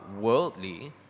worldly